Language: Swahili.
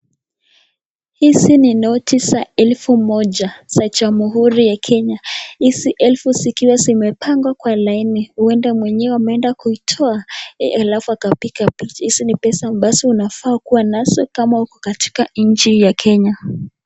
Hizi ni noti za elfu moja za jamhuri ya Kenya. Hizi elfu zikiwa zimepangwa kwa laini, huenda mwenyewe ameenda kuitoa alafu akapiga picha. Hizi ni pesa ambazo unafaa kuwa nazo kama uko katika nchi ya Kenya.